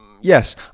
Yes